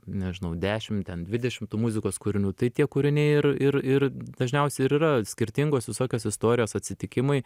nežinau dešim ten dvidešim tų muzikos kūrinių tai tie kūriniai ir ir ir dažniausiai ir yra skirtingos visokios istorijos atsitikimai